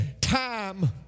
time